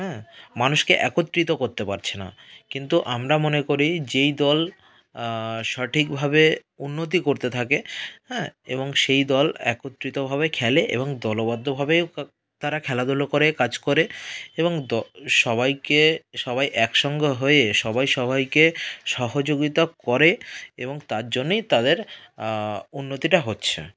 হ্যাঁ মানুষকে একত্রিত করতে পারছে না কিন্তু আমরা মনে করি যেই দল সঠিকভাবে উন্নতি করতে থাকে হ্যাঁ এবং সেই দল একত্রিতভাবে খেলে এবং দলবদ্ধভাবেও তারা খেলাধুলো করে কাজ করে এবং সবাইকে সবাই একসঙ্গে হয়ে সবাই সবাইকে সহযোগিতা করে এবং তার জন্যেই তাদের উন্নতিটা হচ্ছে